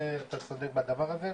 זה צריך לסדר בדבר הזה.